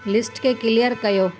list खे clear कयो